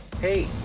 Hey